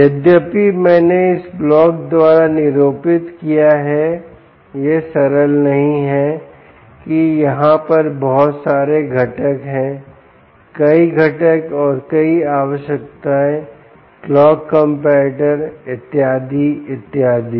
यद्यपि मैंने इसे इस ब्लॉक द्वारा निरूपित किया है यह सरल नहीं है कि यहां पर बहुत सारे घटक हैं कई घटक और कई आवश्यकताएँ क्लॉक कंपैरेटर इत्यादि इत्यादि